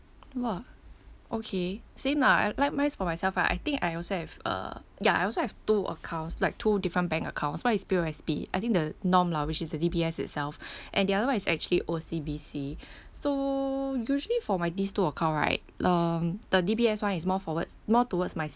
!wah! okay same lah and likewise for myself right I think I also have uh ya I also have two accounts like two different bank accounts one is P_O_S_B I think the norm lah which is the D_B_S itself and the other one is actually O_C_B_C so usually for my these two account right um the D_B_S one is more forwards more towards my